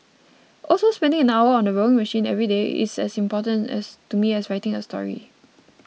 also spending an hour on the rowing machine every day is as important as to me as writing a story